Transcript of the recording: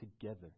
together